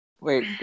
Wait